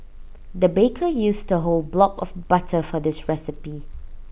the baker used A whole block of butter for this recipe